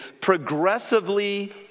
progressively